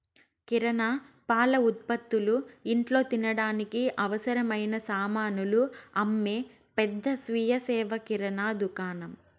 కిరణా, పాల ఉత్పతులు, ఇంట్లో తినడానికి అవసరమైన సామానులు అమ్మే పెద్ద స్వీయ సేవ కిరణా దుకాణం